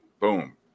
boom